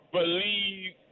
believe